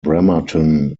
bremerton